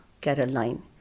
Caroline